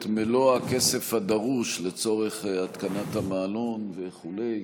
מלוא הכסף הדרוש לצורך התקנת המעלון וכו',